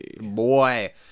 Boy